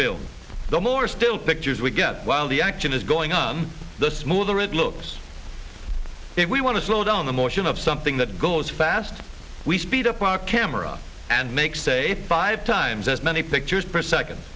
film the more still pictures we get while the action is going on the smoother it looks if we want to slow down the motion of something that goes fast we speed up our camera and make say five times as many pictures per second